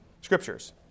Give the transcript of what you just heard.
scriptures